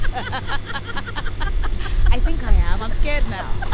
i i think i am. i'm scared now